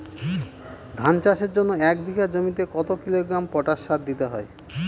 ধান চাষের জন্য এক বিঘা জমিতে কতো কিলোগ্রাম পটাশ সার দিতে হয়?